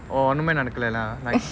oh ஒன்னுமே நடக்கல:onnume nadakala lah like